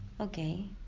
Okay